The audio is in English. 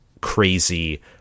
crazy